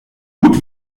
gut